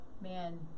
man